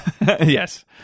yes